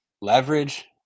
leverage